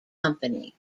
company